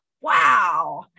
Wow